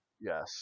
Yes